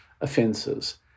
offences